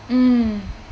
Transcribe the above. mm